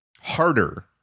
harder